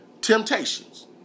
temptations